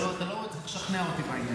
אתם לא צריכים לשכנע אותי בעניין הזה.